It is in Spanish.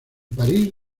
parís